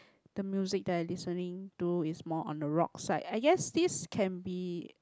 the music that I listening to is more on the rock side ah yes this can be